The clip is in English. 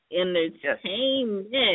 Entertainment